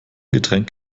getränk